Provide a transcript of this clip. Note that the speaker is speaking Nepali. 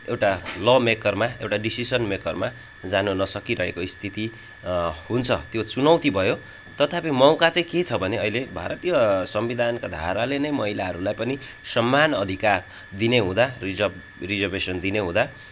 एउटा ल मेकरमा एउटा डिसिसन मेकरमा जान नसकिरहेको स्थिति हुन्छ त्यो चुनौती भयो तथापि मौका चाहिँ के छ भने अहिले भारतीय संविधानका धाराले नै महिलाहरूलाई पनि समान अधिकार दिने हुँदा रिजाब रिजर्भेसन दिने हुँदा